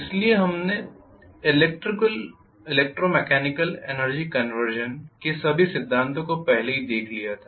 इसलिए हमने electromechanical energy conversion के सभी सिद्धांतों को पहले ही देख लिया था